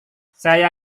saya